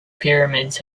pyramids